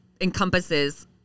encompasses